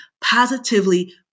positively